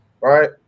right